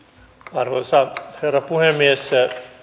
arvoisa herra puhemies